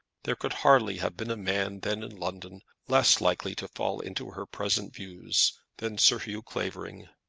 there could hardly have been a man then in london less likely to fall into her present views than sir hugh clavering.